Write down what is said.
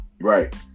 right